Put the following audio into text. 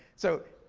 so